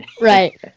right